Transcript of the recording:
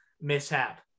mishap